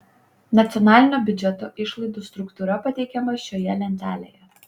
nacionalinio biudžeto išlaidų struktūra pateikiama šioje lentelėje